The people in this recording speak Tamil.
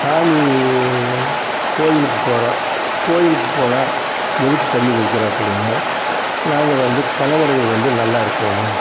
சாமி கோயிலுக்கு போகிறோம் கோயிலுக்கு போனால் எதுக்கு தண்ணிர் வைக்கிறோம் அப்படினால் நாங்கள் வந்து கணவர்கள் வந்து நல்லா இருக்கணும்